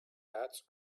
hats